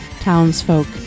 townsfolk